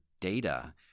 data